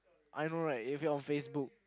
I know right if we are on facebook